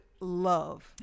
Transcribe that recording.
love